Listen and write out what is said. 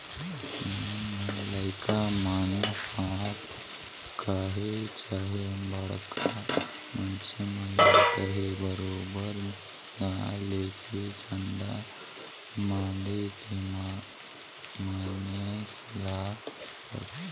नान नान लरिका मन ल कहे चहे बड़खा मइनसे मन ल कहे बरोबेर दान लेके चंदा मांएग के गनेस ल रखथें